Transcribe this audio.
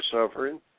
suffering